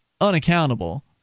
unaccountable